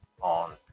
on